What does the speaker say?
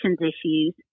issues